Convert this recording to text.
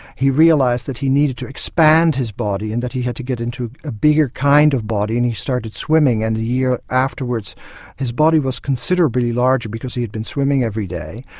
he realised that he needed to expand his body and that he had to get into a bigger kind of body, and he started swimming. and a year afterwards his body was considerably larger because he had been swimming every day,